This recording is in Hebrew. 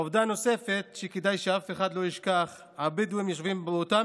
עובדה נוספת שכדאי שאף אחד לא ישכח: הבדואים יושבים באותם